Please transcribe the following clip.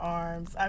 arms